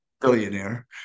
billionaire